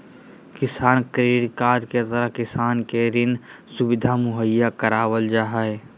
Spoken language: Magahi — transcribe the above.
किसान क्रेडिट कार्ड के तहत किसान के ऋण सुविधा मुहैया करावल जा हय